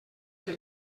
que